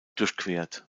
durchquert